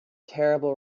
terrible